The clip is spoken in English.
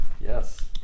Yes